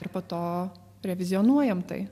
ir po to revizijonuojam tai